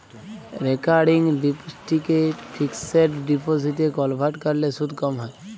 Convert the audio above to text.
recurring ডিপসিটকে fixed ডিপসিটে convert ক্যরলে সুদ ক্যম হ্যয়